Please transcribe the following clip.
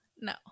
No